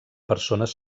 persones